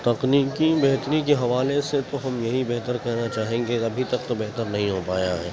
تکنیکی بہتری کے حوالے سے تو ہم یہی بہتر کہنا چاہیں گے ابھی تک تو بہتر نہیں ہو پایا ہے